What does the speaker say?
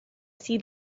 see